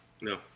No